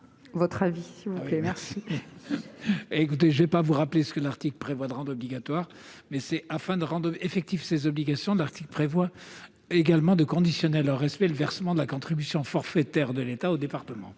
est l'avis de la commission ? Je ne vais pas vous rappeler ce que l'article 15 prévoit de rendre obligatoire. Afin de rendre effectives les obligations, cet article prévoit également de conditionner à leur respect le versement de la contribution forfaitaire de l'État aux départements.